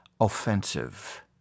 offensive